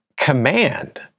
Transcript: command